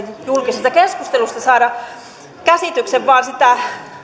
julkisesta keskustelusta saada käsityksen vaan sitä